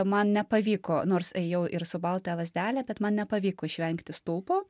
man nepavyko nors ėjau ir su baltaja lazdele bet man nepavyko išvengti stulpo